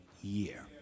year